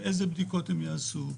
איזה בדיקות הם יעשו,